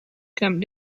come